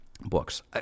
books